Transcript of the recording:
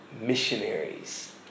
missionaries